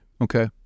Okay